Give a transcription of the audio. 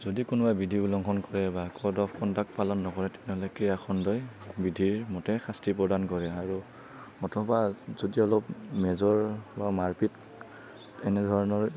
যদি কোনোবাই বিধি উলংঘন কৰে বা ক'ড অফ কনডাক্ট পালন নকৰে তেনেহ'লে ক্ৰীড়াখণ্ডই বিধিমতে শাস্তি প্ৰদান কৰে আৰু অথবা যদি অলপ মেজৰ বা মাৰপিট এনেধৰণৰ